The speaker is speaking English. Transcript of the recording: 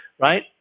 right